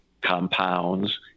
compounds